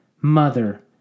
Mother